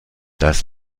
das